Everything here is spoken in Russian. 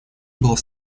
было